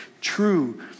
true